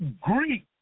Greek